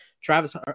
Travis